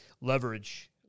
Leverage